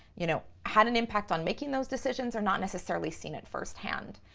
you know, had an impact on making those decisions, are not necessarily seeing it firsthand.